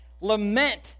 Lament